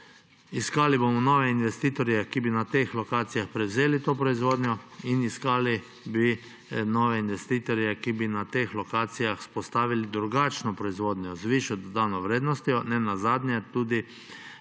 Iskali bomo nove investitorje, ki bi na teh lokacijah prevzeli to proizvodnjo, in iskali bi nove investitorje, ki bi na teh lokacijah vzpostavili drugačno proizvodnjo, z višjo dodano vrednostjo, nenazadnje tudi